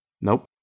Nope